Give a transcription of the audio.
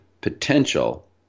potential